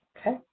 Okay